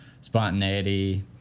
spontaneity